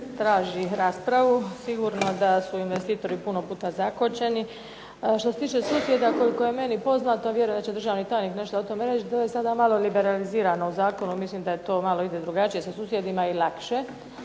traži raspravu. Sigurno da su investitori puno puta zakočeni. Što se tiče susjeda koliko je meni poznato, vjerujem da će državni tajnik nešto o tome reći, da je sada nešto malo liberalizirano u zakonu, mislim da to sa susjedima ide drugačije i lakše.